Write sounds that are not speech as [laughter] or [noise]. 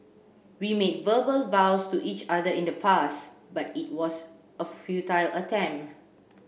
we made verbal vows to each other in the past but it was a futile [unintelligible]